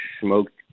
smoked